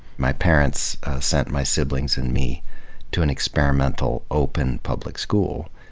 my parents sent my siblings and me to an experimental, open public school,